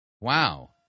Wow